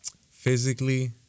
physically